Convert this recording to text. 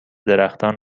درختان